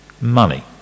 money